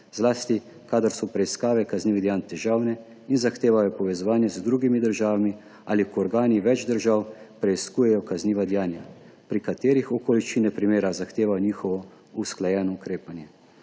zlasti kadar so preiskave kaznivih dejanj težavne in zahtevajo povezovanje z drugimi državami ali ko organi več držav preiskujejo kazniva dejanja, pri katerih okoliščine primera zahtevajo njihovo usklajeno ukrepanje.